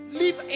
leave